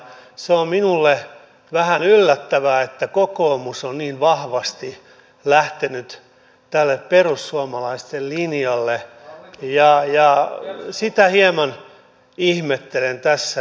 se on minulle vähän yllättävää että kokoomus on niin vahvasti lähtenyt tälle perussuomalaisten linjalle ja sitä hieman ihmettelen tässä